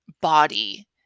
body